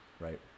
Right